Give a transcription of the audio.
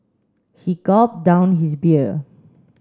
he gulped down his beer